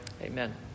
Amen